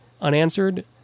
unanswered